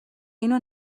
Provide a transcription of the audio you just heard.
اینو